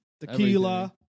Tequila